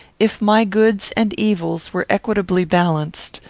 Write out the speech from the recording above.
if my goods and evils were equitably balanced,